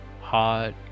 hot